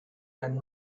and